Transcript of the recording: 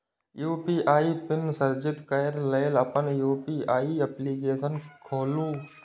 UPI PIN सृजित करै लेल अपन यू.पी.आई एप्लीकेशन खोलू